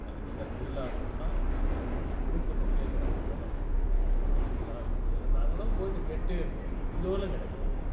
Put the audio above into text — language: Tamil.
அதுக்கு என்ன செய்யலான்றது தான் எங்களுடைய விருப்பத்தை கேட்கிறாங்க ஜனங்க எப்படி செய்யலாம் எப்படி செய்யலான்னு நாங்களும் போயிவிட்டு கேட்டுகிட்டே இருக்கோம் இதுவரையிலும் கிடைக்கல எங்களுக்கு